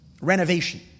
renovation